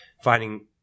finding